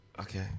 Okay